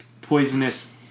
poisonous